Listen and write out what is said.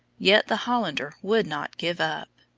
yet the hollander would not give up.